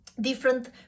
different